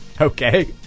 Okay